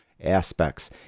aspects